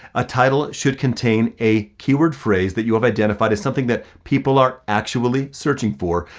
a title should contain a keyword phrase that you have identified as something that people are actually searching for,